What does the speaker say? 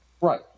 Right